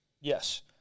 Yes